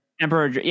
Emperor